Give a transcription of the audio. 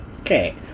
Okay